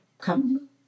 come